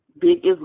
biggest